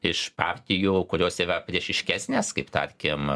iš partijų kurios yra priešiškesnės kaip tarkim